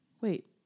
Wait